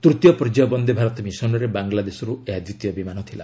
ତୂତୀୟ ପର୍ଯ୍ୟାୟ ବନ୍ଦେ ଭାରତ ମିଶନ୍ରେ ବାଙ୍ଗଲାଦେଶରୁ ଏହା ଦ୍ୱିତୀୟ ବିମାନ ଥିଲା